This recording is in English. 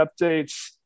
updates